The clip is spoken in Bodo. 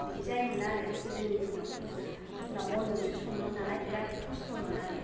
बिदि जायोमोन आरो गोदोनि दिनावथ' जोंना बनजोंसो सङोमोन नालाय बिराद खस्थ'मोन आरो